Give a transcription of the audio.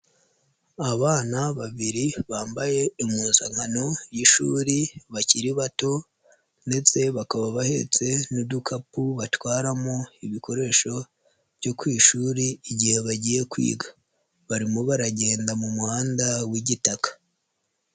Abana babiri bambaye impuzankano y'ishuri bakiri bato ndetse bakaba bahetse n'udukapu batwaramo ibikoresho byo ku ishuri igihe bagiye kwiga. Barimo baragenda mu muhanda w'igitaka.